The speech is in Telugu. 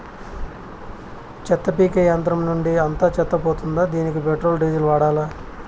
చెత్త పీకే యంత్రం నుండి అంతా చెత్త పోతుందా? దానికీ పెట్రోల్, డీజిల్ వాడాలా?